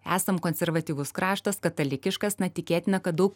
esam konservatyvus kraštas katalikiškas na tikėtina kad daug